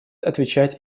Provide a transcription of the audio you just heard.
отвечать